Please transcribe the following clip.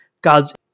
God's